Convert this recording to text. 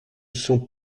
sont